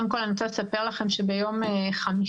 קודם כול, אני רוצה לספר לכם שביום חמישי